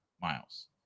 Miles